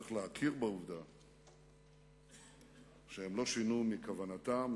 שצריך להכיר בעובדה שהם לא שינו מכוונתם,